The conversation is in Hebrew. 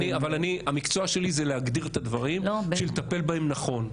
המקצוע שלי זה להגדיר את הדברים בשביל לטפל בהם נכון.